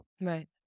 right